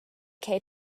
que